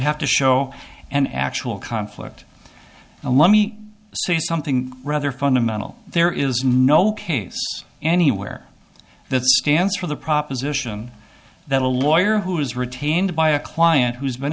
have to show an actual conflict and let me say something rather fundamental there is no case anywhere that stands for the proposition that a lawyer who is retained by a client who's been